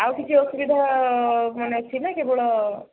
ଆଉ କିଛି ଅସୁବିଧା ମାନେ ଅଛିନା କେବଳ